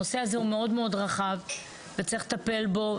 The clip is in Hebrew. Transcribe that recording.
הנושא הזה מאוד-מאוד רחב וצריך לטפל בו.